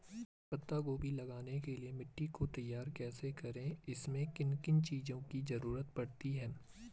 पत्ता गोभी लगाने के लिए मिट्टी को तैयार कैसे करें इसमें किन किन चीज़ों की जरूरत पड़ती है?